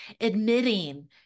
admitting